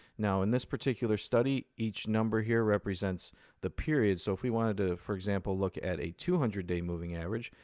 now, in this particular study, each number here represents the period. so if we wanted to, for example, look at a two hundred day moving average,